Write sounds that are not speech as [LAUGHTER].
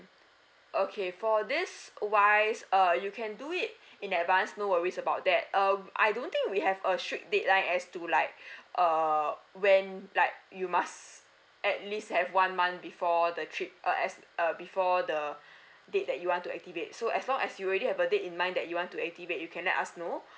okay for this wise uh you can do it in advance no worries about that um I don't think we have a strict deadline as to like [BREATH] err when like you must at least have one month before the trip uh as uh before the date that you want to activate so as long as you already have a date in mind that you want to activate you can let us know